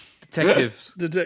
Detectives